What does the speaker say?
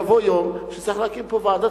יבוא יום שיהיה צריך להקים פה ועדת